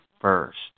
first